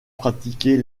pratiquer